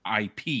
IP